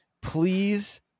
Please